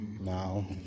now